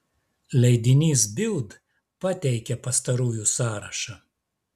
leidinys bild pateikia pastarųjų sąrašą